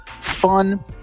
fun